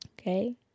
Okay